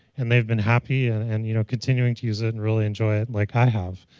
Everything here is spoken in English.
and they've been happy, and and you know continuing to use it, and really enjoy it like i have.